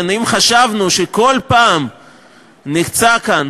אם חשבנו שכל פעם נחצה כאן